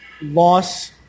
loss